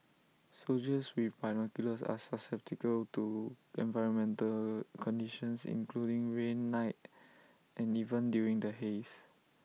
soldiers with binoculars are susceptible to environmental conditions including rain night and even during the haze